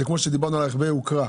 כמו שדיברנו על רכבי היוקרה,